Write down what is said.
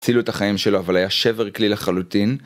צילו את החיים שלו אבל היה שבר כלי לחלוטין